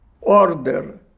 order